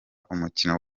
umukino